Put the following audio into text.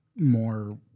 more